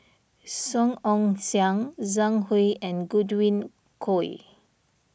Song Ong Siang Zhang Hui and Godwin Koay